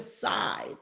decide